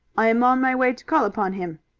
i am on my way to call upon him.